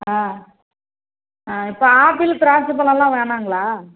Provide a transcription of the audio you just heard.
ஆ ஆ இப்போ ஆப்பிள் திராட்சை பழம்லாம் வேணாங்களா